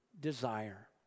desire